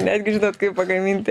netgi žinot kaip pagaminti